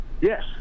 Yes